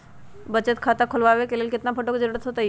बचत खाता खोलबाबे ला केतना फोटो के जरूरत होतई?